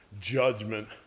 judgment